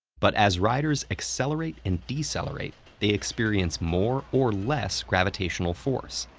but as riders accelerate and decelerate, they experience more or less gravitational force.